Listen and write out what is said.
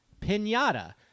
Pinata